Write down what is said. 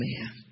Amen